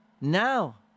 Now